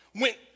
went